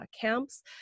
camps